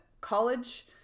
college